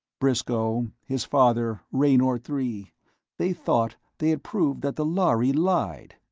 briscoe, his father, raynor three they thought they had proved that the lhari lied.